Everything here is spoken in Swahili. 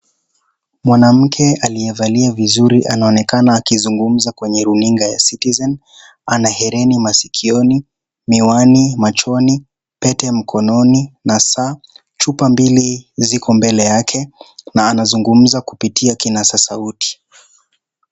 Mwanamke aliyevalia vizuri anaonekana akizungumza kwenye runinga ya (cs)citizen(cs) ,ana hereni masikioni, miwani machoni, Pete mkononi na saa. Chupa mbili ziko mbele yake na anazungumza kupitia kinasa sauti.